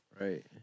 Right